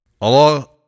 Allah